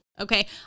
Okay